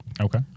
Okay